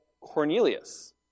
Cornelius